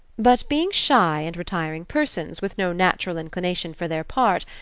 but being shy and retiring persons, with no natural inclination for their part,